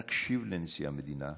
תקשיב לנשיא המדינה.